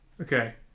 Okay